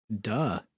duh